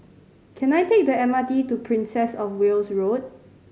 can I take the M R T to Princess Of Wales Road